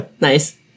Nice